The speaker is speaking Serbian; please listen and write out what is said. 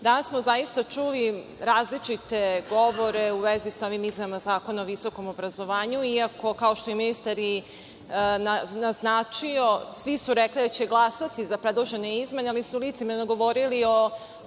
danas smo zaista čuli različite govore u vezi sa ovim izmenama Zakona o visokom obrazovanju, iako kao što je ministar naznačio svi su rekli da će glasati za predložene izmene, ali su licemerno govorili o